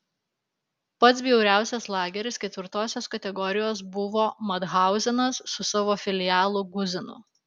pats bjauriausias lageris ketvirtosios kategorijos buvo mathauzenas su savo filialu guzenu